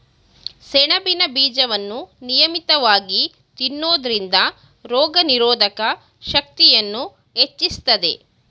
ಸೆಣಬಿನ ಬೀಜವನ್ನು ನಿಯಮಿತವಾಗಿ ತಿನ್ನೋದ್ರಿಂದ ರೋಗನಿರೋಧಕ ಶಕ್ತಿಯನ್ನೂ ಹೆಚ್ಚಿಸ್ತದೆ